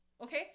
okay